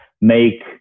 make